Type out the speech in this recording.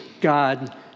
God